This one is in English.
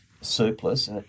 surplus